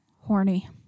Horny